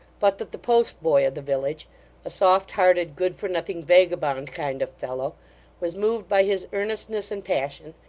but that the post-boy of the village a soft-hearted, good-for-nothing, vagabond kind of fellow was moved by his earnestness and passion,